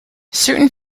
certain